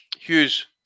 Hughes